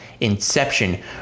Inception